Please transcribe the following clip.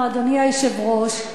אדוני היושב-ראש,